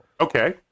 Okay